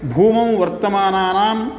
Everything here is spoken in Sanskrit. भूमौ वर्तमानानां